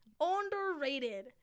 Underrated